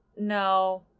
no